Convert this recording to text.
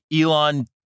Elon